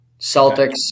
Celtics